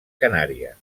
canària